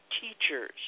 teachers